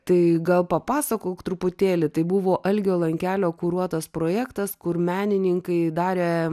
tai gal papasakok truputėlį tai buvo algio lankelio kuruotas projektas kur menininkai darė